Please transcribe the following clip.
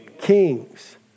Kings